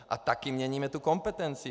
A taky měníme kompetenci.